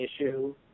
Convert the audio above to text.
issue